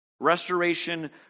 Restoration